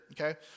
okay